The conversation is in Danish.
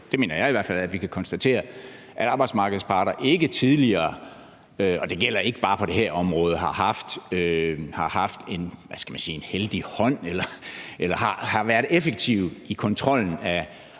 det mener jeg i hvert fald at vi kan konstatere – at arbejdsmarkedets parter ikke tidligere, og det gælder ikke bare på det her område, har haft en, hvad skal man sige, heldig hånd eller været effektive i kontrollen med arbejdstid.